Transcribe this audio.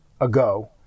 ago